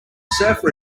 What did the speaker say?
surfer